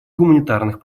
гуманитарных